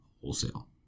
wholesale